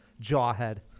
Jawhead